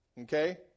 Okay